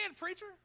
preacher